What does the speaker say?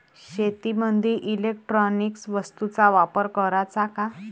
शेतीमंदी इलेक्ट्रॉनिक वस्तूचा वापर कराचा का?